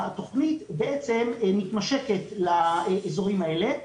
התוכנית בעצם מתמשקת לאזורים האלה,